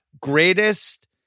Greatest